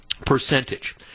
percentage